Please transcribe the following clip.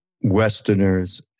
Westerners